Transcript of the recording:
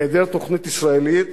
בהיעדר תוכנית ישראלית,